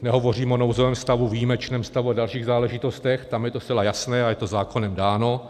Nehovořím o nouzovém stavu, výjimečném stavu a dalších záležitostech, tam je to zcela jasné a je to zákonem dáno.